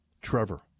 Trevor